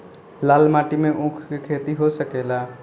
लाल माटी मे ऊँख के खेती हो सकेला?